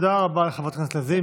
תודה רבה לחברת הכנסת לזימי.